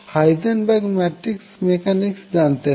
Heisenberg matrix mechanics জানতেন না